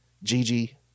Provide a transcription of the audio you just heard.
Gigi